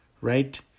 right